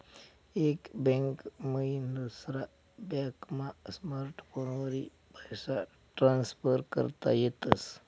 एक बैंक मईन दुसरा बॅकमा स्मार्टफोनवरी पैसा ट्रान्सफर करता येतस